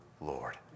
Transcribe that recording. Lord